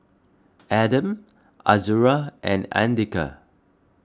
Adam Azura and andika